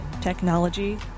technology